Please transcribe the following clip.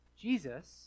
Jesus